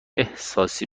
احساسی